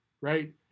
right